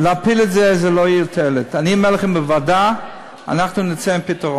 להפיל את זה, זה לא יהיה לתועלת.